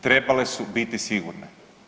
Trebale su biti sigurne.